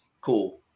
Cool